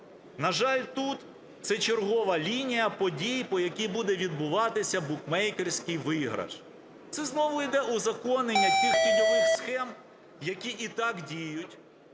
На жаль, тут це чергова лінія подій, по якій буде відбуватися букмекерський виграш, це знову іде узаконення тих тіньових схем, які і так діють.